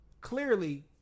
clearly